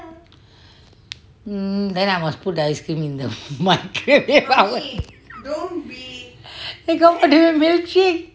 um then I must put the ice cream in the milkshake